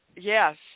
yes